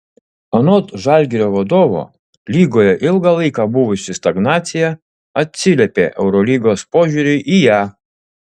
anot žalgirio vadovo lygoje ilgą laiką buvusi stagnacija atsiliepė eurolygos požiūriui į ją